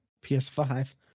PS5